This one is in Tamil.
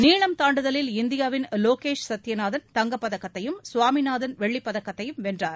நீளம் தாண்டுதலில் இந்தியாவின் லோகேஷ் சத்யநாதன் தங்கப்பதக்கத்தையும் சுவாமிநாதன் வெள்ளிப் பதக்கத்தையும் வென்றனர்